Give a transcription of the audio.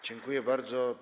Dziękuję bardzo.